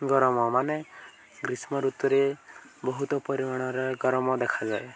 ଗରମ ମାନେ ଗ୍ରୀଷ୍ମ ଋତୁରେ ବହୁତ ପରିମାଣରେ ଗରମ ଦେଖାଯାଏ